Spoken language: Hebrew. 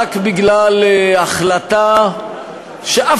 רק בגלל החלטה של סיעתכם,